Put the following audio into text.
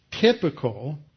typical